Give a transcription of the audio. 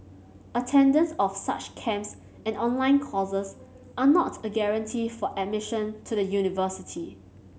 attendance of such camps and online courses are not a guarantee for admission to the university